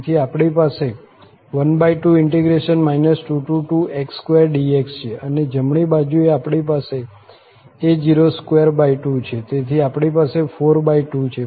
તેથી આપણી પાસે 12 22x2dx છે અને જમણી બાજુએ આપણી પાસે a022 છે તેથી આપણી પાસે 42 છે